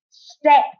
step